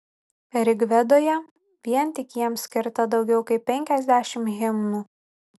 rigvedoje vien tik jiems skirta daugiau kaip penkiasdešimt himnų